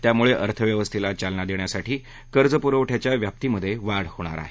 यामुळे अर्थव्यवस्थेला चालना देण्यासाठी कर्जपुरवठ्याच्या व्याप्तीमध्ये वाढ होणार आहे